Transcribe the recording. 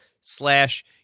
slash